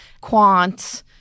quant